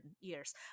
years